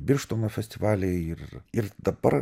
birštono festivaliai ir ir dabar